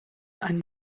einen